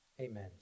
Amen